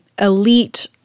elite